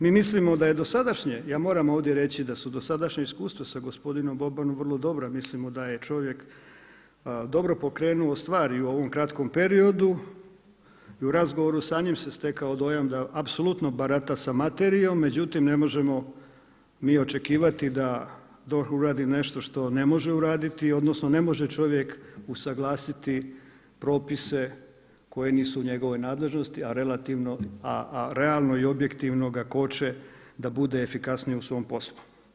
Mi mislimo da je dosadašnje, ja moram ovdje reći da su dosadašnja iskustva sa gospodinom Bobanom vrlo dobra, mislimo da je čovjek dobro pokrenuo stvari i u ovom kratkom periodu i u razgovoru sa njim se stekao dojam da apsolutno barata sa materijom međutim ne možemo mi očekivati da DORH uradi nešto što ne može uraditi, odnosno ne može čovjek usuglasiti propise koji nisu u njegovoj nadležnosti a realno i objektivno ga koče da bude efikasniji u svom poslu.